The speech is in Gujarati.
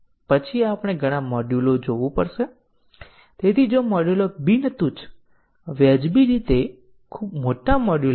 પ્રારંભિક ટેસ્ટીંગ સ્યુટમાં કેટલીક સફેદ બોક્સ કવરેજ ટેકનીકનો ઉપયોગ કરીને આપણે ચર્ચા કરી છે